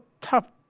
tough